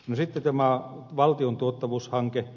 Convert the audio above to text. sitten tämä valtion tuottavuushanke